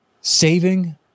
Saving